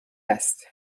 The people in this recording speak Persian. است